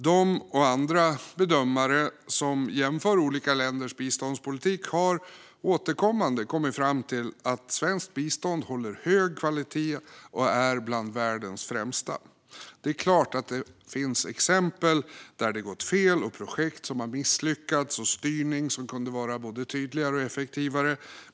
De och andra bedömare som jämför olika länders biståndspolitik har återkommande kommit fram till att svenskt bistånd håller hög kvalitet och är bland världens främsta. Det är klart att det finns exempel där det har gått fel, projekt som har misslyckats och styrning som kunde ha varit både tydligare och effektivare.